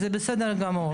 זה בסדר גמור.